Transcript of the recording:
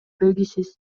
белгисиз